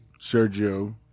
Sergio